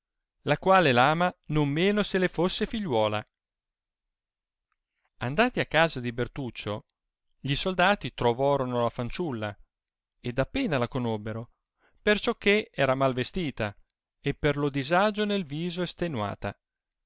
la quale l'ama non meno se le fusse figliuola andati a casa di bertuccio gli soldati trovorono la fanciulla ed appena la conobbero perciò che era mal vestita e per lo disagio nel viso estenuata